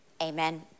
Amen